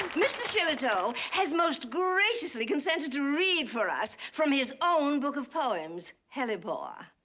mr. shillitoe has most graciously consented to read for us from his own book of poems, hellebore.